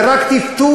זה רק טפטוף,